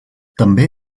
també